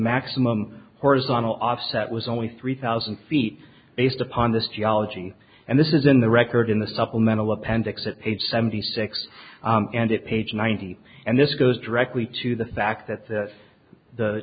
maximum horizontal offset was only three thousand feet based upon this geology and this is in the record in the supplemental appendix at page seventy six and it page ninety and this goes directly to the fact that the